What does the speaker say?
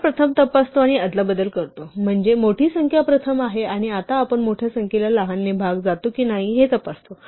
आपण प्रथम तपासतो आणि अदलाबदल करतो म्हणजे मोठी संख्या प्रथम आहे आणि आता आपण मोठ्या संख्येला लहान ने भाग जातो की नाही हे तपासतो